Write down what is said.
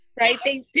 Right